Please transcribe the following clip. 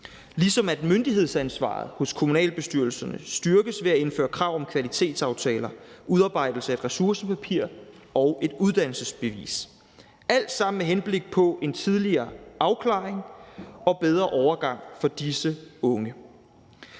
ligesom myndighedsansvaret hos kommunalbestyrelsen styrkes, ved at der indføres krav om kvalitetsaftaler, udarbejdelse af et ressourcepapir og et uddannelsesbevis – alt sammen med henblik på en tidligere afklaring og bedre overgang for disse unge.